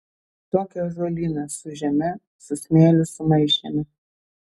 tokį ąžuolyną su žeme su smėliu sumaišėme